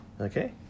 Okay